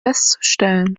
festzustellen